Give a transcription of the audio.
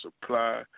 supply